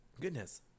Goodness